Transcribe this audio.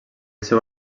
seu